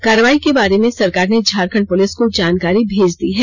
कार्रवाई के बारे में सरकार ने झारखंड पुलिस को जानकारी भेज दी है